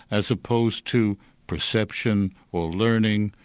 as opposed to perception, or learning,